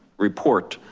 report.